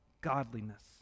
godliness